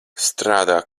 strādā